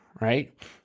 right